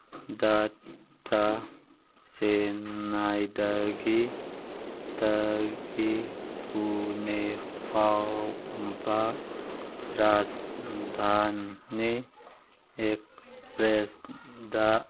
ꯗ ꯇ ꯆꯦꯟꯅꯥꯏꯗꯒꯤ ꯇꯒꯤ ꯄꯨꯅꯦ ꯐꯥꯎꯕ ꯔꯥꯁꯙꯥꯅꯤ ꯑꯦꯛꯁꯄ꯭ꯔꯦꯁꯗ